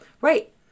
Right